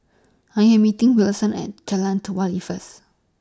I Am meeting Wilson At Jalan Telawi First